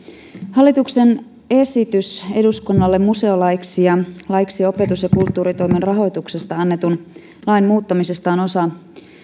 hallituksen esitys eduskunnalle museolaiksi ja laiksi opetus ja kulttuuritoimen rahoituksesta annetun lain muuttamisesta on osa